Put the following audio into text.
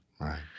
Right